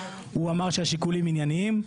הוא אמר שהשיקולים עם ענייניים.